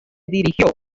dirigió